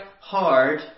hard